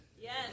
Yes